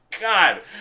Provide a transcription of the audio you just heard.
God